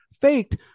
faked